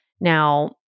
Now